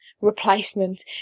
Replacement